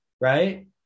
Right